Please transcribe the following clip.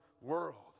world